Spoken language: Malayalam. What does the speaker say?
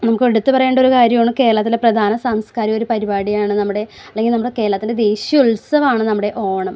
നമുക്ക് എടുത്ത് പറയേണ്ട ഒരു കാര്യമാണ് കേരളത്തിലെ പ്രധാന സാംസ്കാരിക ഒരു പരിപാടിയാണ് നമ്മുടെ അല്ലെങ്കിൽ നമ്മുടെ കേരളത്തിൻ്റെ ദേശീയ ഉത്സവമാണ് നമ്മുടെ ഓണം